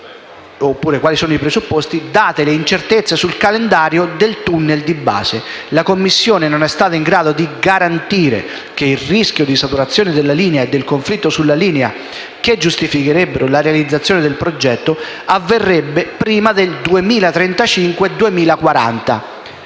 linee esistenti, poiché «date le incertezze sul calendario del tunnel di base, la Commissione non è stata in grado di garantire che il rischio di saturazione della linea e del conflitto sulla linea che giustificherebbero la realizzazione del progetto avverrebbe prima del 2035-2040».